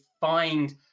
find